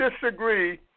disagree